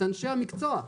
את אנשי המקצוע.